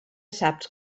saps